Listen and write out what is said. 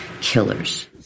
killers